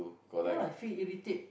ya like I feel irritate